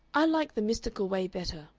i like the mystical way better,